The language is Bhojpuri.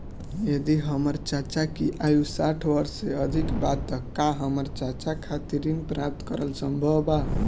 यदि हमर चाचा की आयु साठ वर्ष से अधिक बा त का हमर चाचा खातिर ऋण प्राप्त करल संभव बा